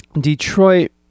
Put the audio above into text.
Detroit